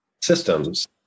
systems